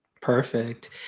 Perfect